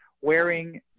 wearing